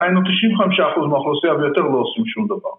‫היינו תשעים וחמישה אחוז מאוכלוסייה ‫ויותר לא עושים שום דבר.